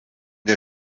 der